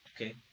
Okay